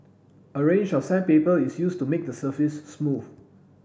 a range of sandpaper is used to make the surface smooth